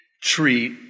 treat